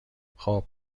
خوب